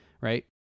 right